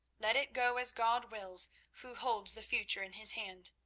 let it go as god wills who holds the future in his hand.